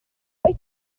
wyt